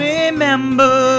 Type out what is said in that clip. Remember